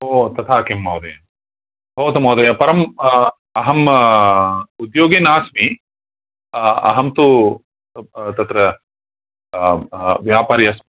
ओ तथा किम् महोदय भवतु महोदय परं अहं उद्योगे नास्मि अहं तु तत्र व्यापारी अस्मि